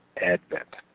advent